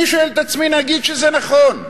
אני שואל את עצמי: נגיד שזה נכון,